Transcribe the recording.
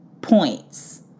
points